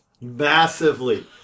massively